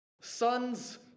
Sons